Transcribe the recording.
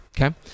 Okay